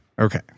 Okay